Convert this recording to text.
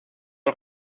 del